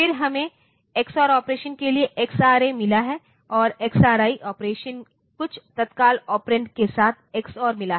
फिर हमें XOR operation के लिए XRA मिला है और XRI ऑपरेशन कुछ तत्काल ऑपरेंड के साथ एक्सआर मिला है